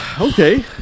okay